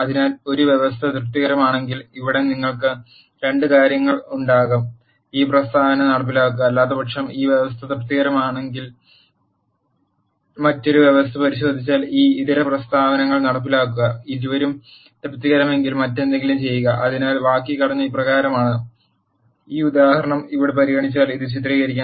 അതിനാൽ ഒരു വ്യവസ്ഥ തൃപ്തികരമാണെങ്കിൽ ഇവിടെ നിങ്ങൾക്ക് 2 കാര്യങ്ങൾ ഉണ്ടാകും ഈ പ്രസ്താവന നടപ്പിലാക്കുക അല്ലാത്തപക്ഷം ഈ വ്യവസ്ഥ തൃപ്തികരമാണെങ്കിൽ മറ്റൊരു വ്യവസ്ഥ പരിശോധിച്ചാൽ ഈ ഇതര പ്രസ്താവനകൾ നടപ്പിലാക്കുക ഇരുവരും തൃപ്തരല്ലെങ്കിൽ മറ്റെന്തെങ്കിലും ചെയ്യുക അതിനാൽ വാക്യഘടന ഇപ്രകാരമാണ് ഈ ഉദാഹരണം ഇവിടെ പരിഗണിച്ചാൽ ഇത് ചിത്രീകരിക്കാൻ